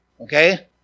Okay